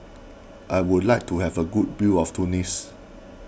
I would like to have a good view of Tunis